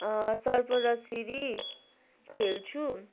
सर्प र सिँढी खेल्छु